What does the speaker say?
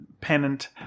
pennant